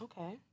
okay